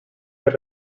per